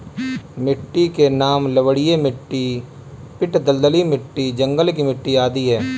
मिट्टी के नाम लवणीय मिट्टी, पीट दलदली मिट्टी, जंगल की मिट्टी आदि है